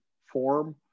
form